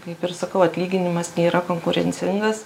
kaip ir sakau atlyginimas nėra konkurencingas